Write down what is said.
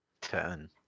Ten